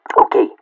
Okay